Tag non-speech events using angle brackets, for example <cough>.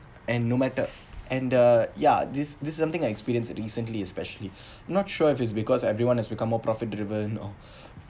and no matter and the ya this this something experience recently especially <breath> not sure if it's because everyone has become more profit driven or